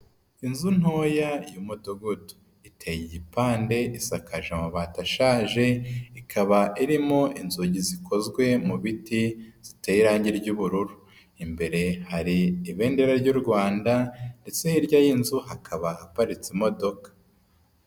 Inzu ntoya y'umudugudu iteye igipande, isakaje amabati ashaje, ikaba irimo inzugi zikozwe mu biti ziteye irangi ry'ubururu, imbere hari ibendera ry'u Rwanda ndetse hirya y'inzu hakaba haparitse imodoka.